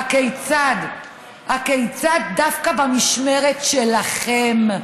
הכיצד זה דווקא במשמרת שלכם,